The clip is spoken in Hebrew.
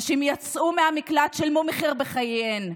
נשים יצאו מהמקלט, ושילמו מחיר בחייהן.